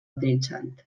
utilitzant